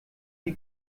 die